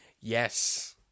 yes